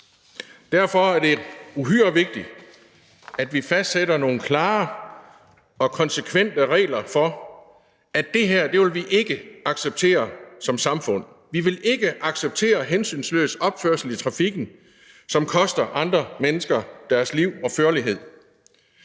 Derfor er det uhyre vigtigt, at vi fastsætter nogle klare og konsekvente regler for, at det her vil vi ikke acceptere som samfund. Vi vil ikke acceptere hensynsløs opførsel i trafikken, som koster andre mennesker deres liv og førlighed.